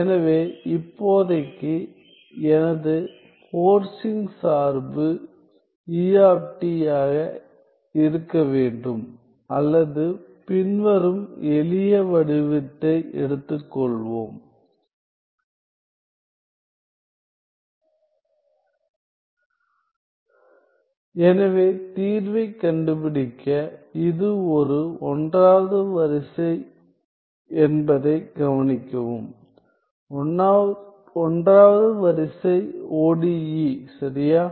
எனவே இப்போதைக்கு எனது போர்சிங் சார்பு E ஆக இருக்க வேண்டும் அல்லது பின்வரும் எளிய வடிவத்தை எடுத்துக்கொள்வோம் எனவே தீர்வைக் கண்டுபிடிக்க இது ஒரு 1 வது வரிசை என்பதைக் கவனிக்கவும் 1 வது வரிசை ODE சரியா